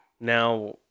now